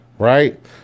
Right